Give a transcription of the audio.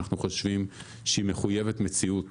אנחנו חושבים שהיא מחויבת מציאות